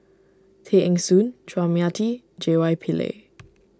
Tay Eng Soon Chua Mia Tee J Y Pillay